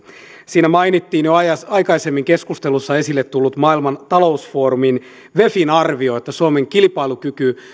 siinä mainittiin jo aikaisemmin keskustelussa esille tullut maailman talousfoorumin wefin arvio että suomen